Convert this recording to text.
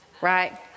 right